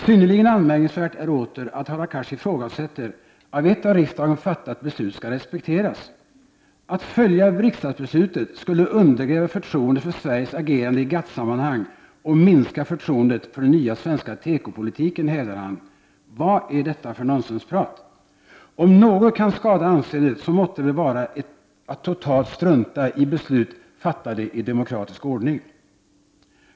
Synnerligen anmärkningsvärt är åter att Hadar Cars ifrågasätter att ett av riksdagen fattat beslut skall respekteras. Att följa riksdagsbeslutet skulle undergräva förtroendet för Sveriges agerande i GATT-sammanhang och minska förtroendet för den nya svenska tekopolitiken, hävdar han. Vad är detta för nonsensprat? Om något kan skada anseendet så måtte det väl vara att totalt strunta i beslut fattade i demokratisk ordning.